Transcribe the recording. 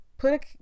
Put